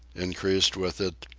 increased with it,